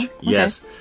Yes